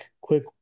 quick